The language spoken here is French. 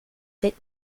sept